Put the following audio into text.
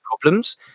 problems